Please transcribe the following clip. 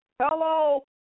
Hello